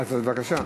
אז בבקשה.